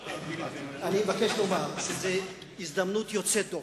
אני מבקש לומר שזאת הזדמנות יוצאת דופן.